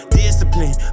discipline